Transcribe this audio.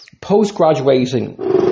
Post-graduating